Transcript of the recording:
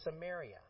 Samaria